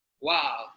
wow